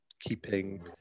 keeping